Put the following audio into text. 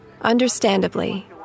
Understandably